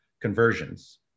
conversions